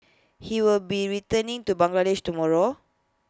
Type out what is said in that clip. he will be returning to Bangladesh tomorrow